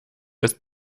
ist